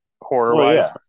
horror-wise